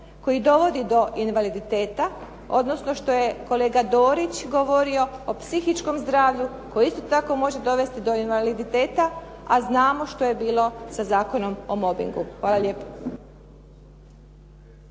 koji dovodi do invaliditeta, odnosno što je kolega Dorić govorio o psihičkom zdravlju koje isto tako može dovesti do invaliditeta, a znamo što je bilo sa Zakonom o mobbingu. Hvala lijepo.